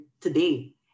today